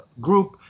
group